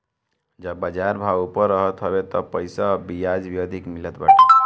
जब बाजार भाव ऊपर रहत हवे तब पईसा पअ बियाज भी अधिका मिलत बाटे